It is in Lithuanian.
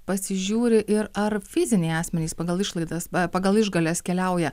pasižiūri ir ar fiziniai asmenys pagal išlaidas pagal išgales keliauja